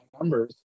numbers